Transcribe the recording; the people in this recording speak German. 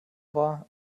war